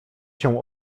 się